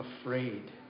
afraid